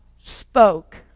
spoke